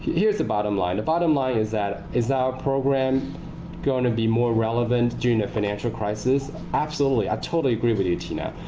here's the bottom line. the bottom line is that is our program going to be more relevant during the financial crisis? absolutely. i totally agree with you, tina.